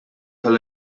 tal